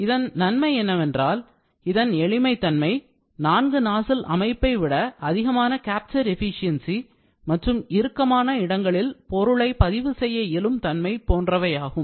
இதன் நன்மை என்னவென்றால் இதன் எளிமை தன்மை நான்கு நாசில் அமைப்பைவிட அதிகமான capture efficiency மற்றும் இறுக்கமான இடங்களில் பொருளை பதிவு செய்ய இயலும் தன்மை போன்றவையாகும்